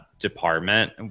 department